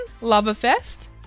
Loverfest